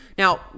Now